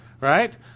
right